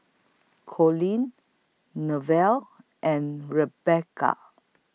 Colleen Nevaeh and Rebecca